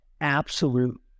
absolute